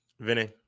Vinny